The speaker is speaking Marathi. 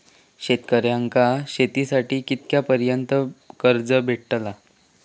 शेतकऱ्यांका शेतीसाठी कितक्या पर्यंत कर्ज भेटताला?